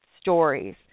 stories